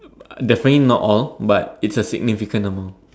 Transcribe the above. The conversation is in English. definitely not all but it's a significant amount